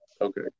Okay